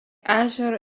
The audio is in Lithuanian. ežero